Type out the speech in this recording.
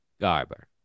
Garber